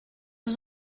ist